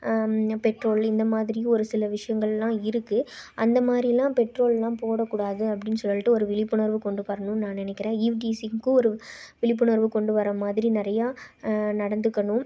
petrol இந்த மாதிரி ஒரு சில விஷயங்களெலாம் இருக்குது அந்த மாதிரிலாம் பெட்ரோலெலாம் போடக்கூடாது அப்படின்னு சொல்லிட்டு ஒரு விழிப்புணர்வு கொண்டு வரணும்ன்னு நான் நினைக்கிறேன் ஈவ்டீசிங்க்கும் ஒரு விழிப்புணர்வு கொண்டு வர்ற மாதிரி நிறையா நடந்துக்கணும்